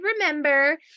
remember